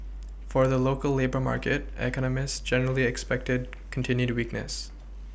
for the local labour market economists generally expected continued weakness